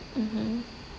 mmhmm